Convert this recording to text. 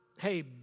hey